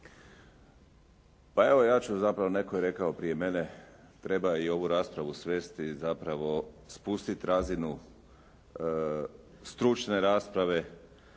Pa evo, ja ću zapravo netko je rekao i prije mene. Treba i ovu raspravu svesti, zapravo spustiti razinu stručne rasprave